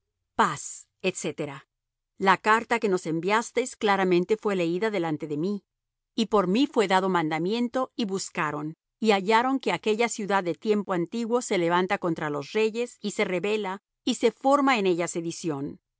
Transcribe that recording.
paz etc la carta que nos enviasteis claramente fué leída delante de mí y por mí fué dado mandamiento y buscaron y hallaron que aquella ciudad de tiempo antiguo se levanta contra los reyes y se rebela y se forma en ella sedición